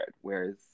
whereas